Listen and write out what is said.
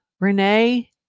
Renee